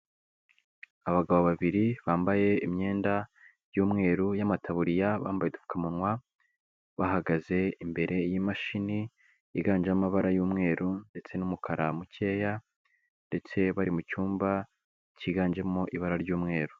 Abagabo babiri bambaye imyenda y'umweru y'amataburiya, bambaye udupfukamunwa, bahagaze imbere y'imashini yiganjemo amabara y'umweru ndetse n'umukara mukeya ndetse bari mu cyumba cyiganjemo ibara ry'umweru.